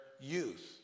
youth